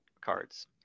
cards